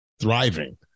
thriving